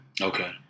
Okay